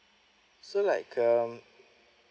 so like um